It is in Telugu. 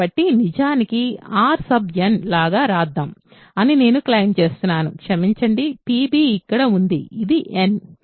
కాబట్టి నిజానికి R n లాగా వ్రాస్దాం అని నేను క్లెయిమ్ చేస్తున్నాను క్షమించండి p b ఇక్కడ ఉంది ఇది n